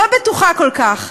לא בטוחה כל כך.